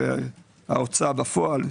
הרי ההוצאה בפועל,